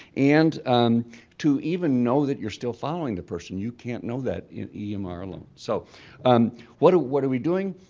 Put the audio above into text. and to even know that you're still following the person you can't know that in yeah um emr alone, so what are what are we doing?